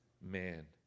man